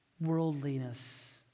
worldliness